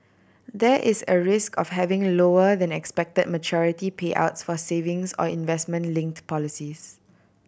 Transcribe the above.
there is a risk of having lower than expect maturity payouts for savings or investment linked policies